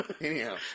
Anyhow